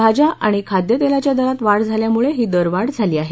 भाज्या आणि खाद्य तेलाच्या दरात वाढ झाल्यामुळं ही दरवाढ झाली आहे